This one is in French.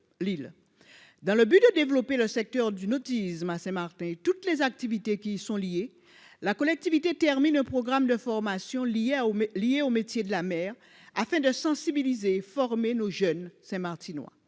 dans le but de développer le secteur du nautisme à Saint-Martin et toutes les activités qui sont liées, la collectivité termine au programme de formation liée à Homs liées aux métiers de la mer afin de sensibiliser, former nos jeunes Saint Martinois